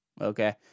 okay